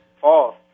false